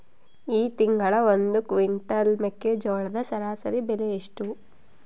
ಈ ತಿಂಗಳ ಒಂದು ಕ್ವಿಂಟಾಲ್ ಮೆಕ್ಕೆಜೋಳದ ಸರಾಸರಿ ಬೆಲೆ ಎಷ್ಟು?